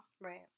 Right